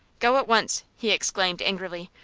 go at once, he exclaimed, angrily,